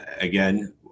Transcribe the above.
again